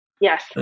Yes